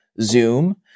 Zoom